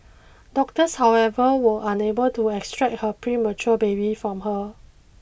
doctors however were unable to extract her premature baby from her